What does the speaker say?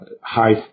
high